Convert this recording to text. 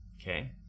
Okay